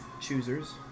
choosers